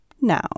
now